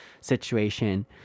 situation